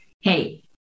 hey